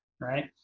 right